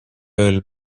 ööl